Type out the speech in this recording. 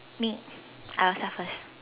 me I will start first